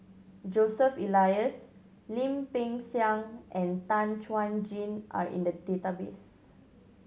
Joseph Elias Lim Peng Siang and Tan Chuan Jin are in the database